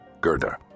Gerda